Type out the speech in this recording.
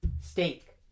Steak